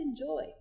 enjoy